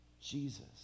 Jesus